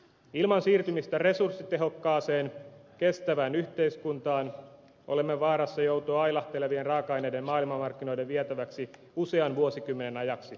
ilman siirtymistä resurssitehokkaaseen kestävään yhteiskuntaan olemme vaarassa joutua ailahtelevien raaka aineiden maailmanmarkkinoiden vietäväksi usean vuosikymmenen ajaksi